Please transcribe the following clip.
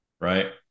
right